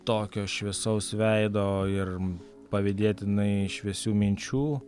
tokio šviesaus veido ir pavydėtinai šviesių minčių